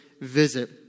visit